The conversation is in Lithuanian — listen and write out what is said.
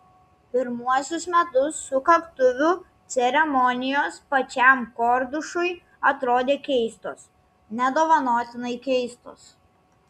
pirmuosius metus sukaktuvių ceremonijos pačiam kordušui atrodė keistos nedovanotinai keistos